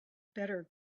better